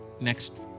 next